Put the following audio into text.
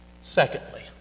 Secondly